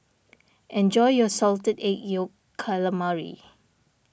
enjoy your Salted Egg Yolk Calamari